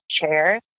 chair